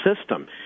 system